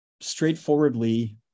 straightforwardly